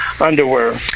underwear